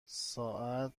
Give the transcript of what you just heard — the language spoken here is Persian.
ساعت